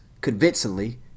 convincingly